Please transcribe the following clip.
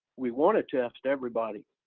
we want to test everybody,